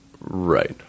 Right